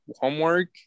homework